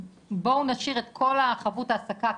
בואו נשאיר את כל החבות העסקה,